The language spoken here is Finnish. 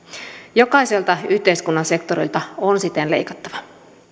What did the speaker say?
jokaiselta yhteiskunnan sektorilta on siten leikattava